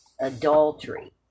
adultery